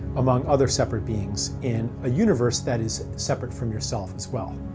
among other separate beings, in a universe that is separate from yourself as well.